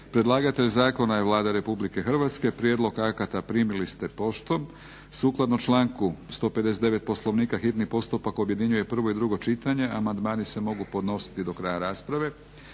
Predlagatelj zakona je Vlada Republike Hrvatske. Prijedlog akata primili ste poštom. Sukladno članku 159. Poslovnika hitni postupak objedinjuje prvo i drugo čitanje. Amandmani se mogu podnositi do kraja rasprave.